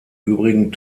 übrigen